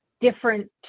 different